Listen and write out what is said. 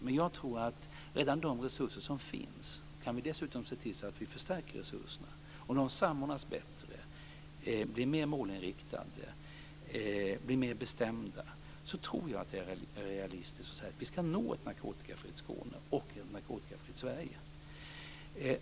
Men redan om de resurser som finns - dessutom bör vi se till att de förstärks - samordnas bättre, blir mer målinriktade, blir mer bestämda tror jag att det är realistiskt att säga att vi ska nå målet ett narkotikafritt Skåne och ett narkotikafritt Sverige.